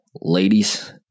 ladies